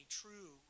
true